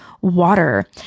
water